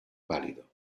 pálido